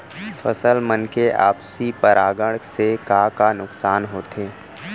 फसल मन के आपसी परागण से का का नुकसान होथे?